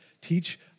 teach